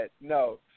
no